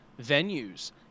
venues